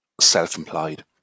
self-employed